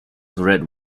read